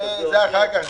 זה אחר כך.